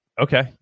Okay